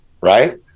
Right